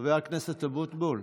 חבר הכנסת אבוטבול,